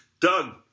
Doug